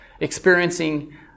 experiencing